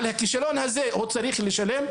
על הכישלון הזה הוא צריך לשלם?